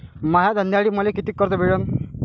माया धंद्यासाठी मले कितीक कर्ज मिळनं?